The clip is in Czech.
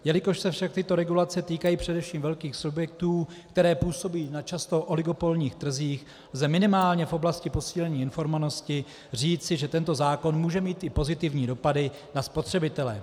Jelikož se však tyto regulace týkají především velkých subjektů, které působí často na oligopolních trzích, lze minimálně v oblasti posílení informovanosti říci, že tento zákon může mít i pozitivní dopady na spotřebitele.